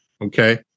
Okay